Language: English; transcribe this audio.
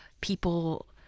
people